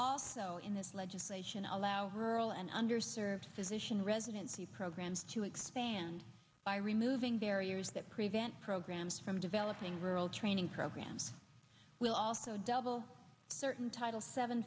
also in this legislation allow her and under served physician residency programs to expand removing barriers that prevent programs from developing rural training programs will also double certain title seven